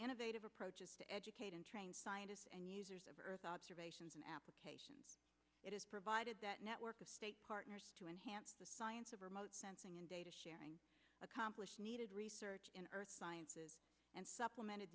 innovative approaches to educate and train scientists and users of earth observations and applications it is provided that network of state partners to enhance the science of remote sensing and data sharing accomplish needed research in earth sciences and supplemented